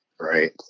Right